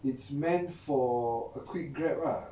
it's meant for a quick grab ah